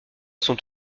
sont